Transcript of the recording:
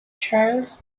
charles